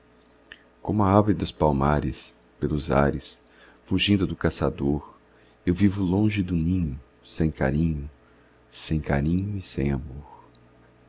como a ave dos palmares pelos ares fugindo do caçador eu vivo longe do ninho sem carinho sem carinho e sem amor